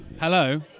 Hello